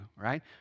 right